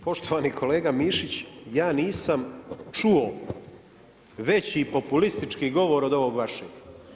Poštovani kolega Mišić, ja nisam čuo veći populistički govor od ovog vašeg.